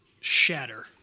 Shatter